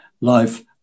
life